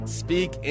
speak